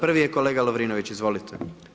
Prvi je kolega Lovrinović, izvolite.